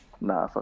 nah